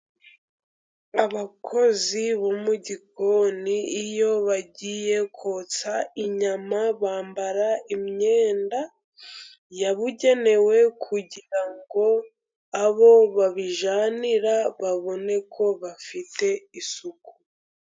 Abakozi bo mu gikoni, iyo bagiye kotsa inyama bambara imyenda yabugenewe, kugira ngo abo babijyanira babone ko bafite isuku.